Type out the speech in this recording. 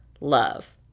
love